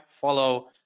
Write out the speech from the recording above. follow